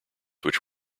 which